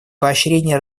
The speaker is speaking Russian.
поощрение